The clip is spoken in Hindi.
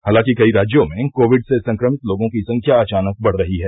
हालांकि कई राज्यों में कोविड से संक्रमित लोगों की संख्या अचानक बढ़ रही है